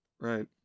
Right